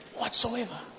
Whatsoever